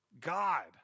God